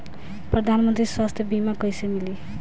प्रधानमंत्री स्वास्थ्य बीमा कइसे मिली?